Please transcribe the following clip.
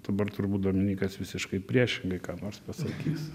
dabar turbūt dominykas visiškai priešingai ką nors pasakys